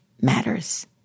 matters